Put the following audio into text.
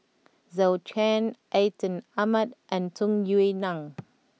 Zhou Can Atin Amat and Tung Yue Nang